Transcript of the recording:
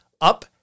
up